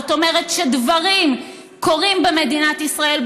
זאת אומרת שדברים קורים במדינת ישראל,